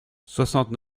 soixante